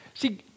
See